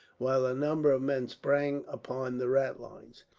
while a number of men sprang upon the ratlines.